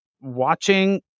watching